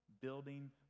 Building